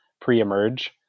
pre-emerge